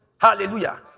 Hallelujah